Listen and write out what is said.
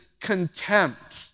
contempt